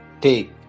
take